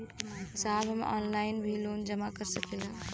साहब हम ऑनलाइन भी लोन जमा कर सकीला?